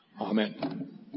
Amen